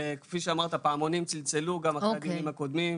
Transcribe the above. כפי שאמרת הפעמונים צלצלו גם אחרי הדיונים הקודמים.